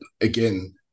again